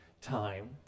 time